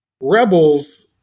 Rebels